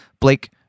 Blake